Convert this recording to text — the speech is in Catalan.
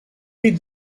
dit